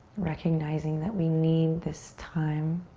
recognizing that we need this time.